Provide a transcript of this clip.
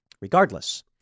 Regardless